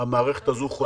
המערכת הזאת חוסכת.